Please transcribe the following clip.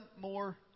more